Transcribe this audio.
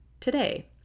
today